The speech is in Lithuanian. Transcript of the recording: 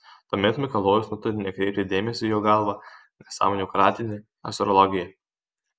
tuomet mikalojus nutarė nekreipti dėmesio į jo galva nesąmonių kratinį astrologiją